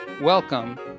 welcome